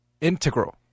integral